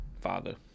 father